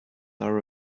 are